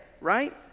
right